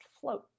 float